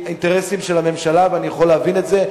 מאינטרסים של הממשלה, ואני יכול להבין את זה.